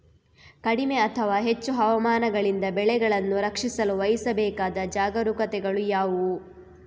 ಕಡಿಮೆ ಅಥವಾ ಹೆಚ್ಚು ಹವಾಮಾನಗಳಿಂದ ಬೆಳೆಗಳನ್ನು ರಕ್ಷಿಸಲು ವಹಿಸಬೇಕಾದ ಜಾಗರೂಕತೆಗಳು ಯಾವುವು?